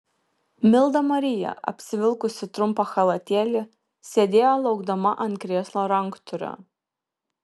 milda marija apsivilkusi trumpą chalatėlį sėdėjo laukdama ant krėslo ranktūrio